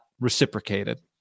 reciprocated